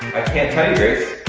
can't tell you grace.